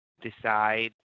decide